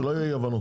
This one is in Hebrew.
שלא יהיו אי הבנות.